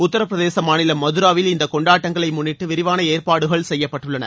உத்தரப்பிரதேச மாநிலம் மதராவில் இந்தக் கொண்டாட்டங்களை முன்னிட்டு விரிவான ஏற்பாடுகள் செய்யப்பட்டுள்ளன